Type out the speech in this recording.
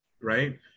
right